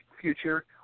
future